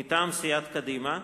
מטעם סיעת קדימה,